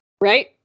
right